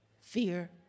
fear